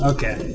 Okay